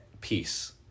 peace